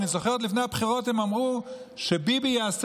אני זוכר שעוד לפני הבחירות הם אמרו שביבי יעשה